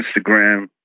Instagram